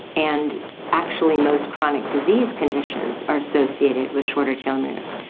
and actually most chronic disease conditions are associated with shorter telomeres.